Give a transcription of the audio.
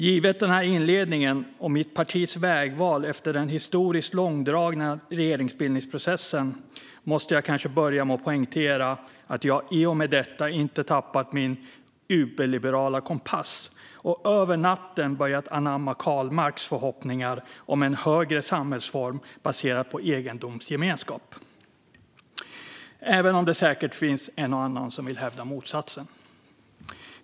Givet den inledningen och mitt partis vägval efter den historiskt långdragna regeringsbildningsprocessen måste jag kanske börja med att poängtera att jag i och med detta inte har tappat min überliberala kompass och över natten börjat anamma Karl Marx förhoppningar om en högre samhällsform baserad på egendomsgemenskap, även om det säkert finns en och annan som vill hävda motsatsen.